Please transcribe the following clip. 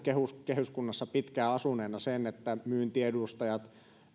kehyskunnassa pitkään asuneena sen että myyntiedustajien